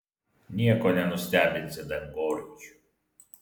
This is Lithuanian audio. nieko nenustebinsi dangoraižiu